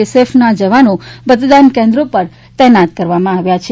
એસએફસ ના જવાનો મતદાન કેન્દ્રો પર તૈનાત કરવામાં આવ્યા છે